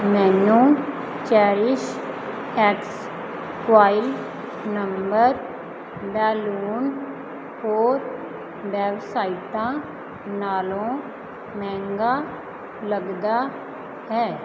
ਮੈਨੂੰ CherishX foil number balloon ਹੋਰ ਵੈੱਬਸਾਈਟਾਂ ਨਾਲੋਂ ਮਹਿੰਗਾ ਲੱਗਦਾ ਹੈ